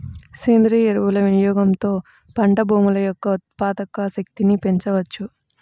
సేంద్రీయ ఎరువుల వినియోగంతో పంట భూముల యొక్క ఉత్పాదక శక్తిని పెంచవచ్చు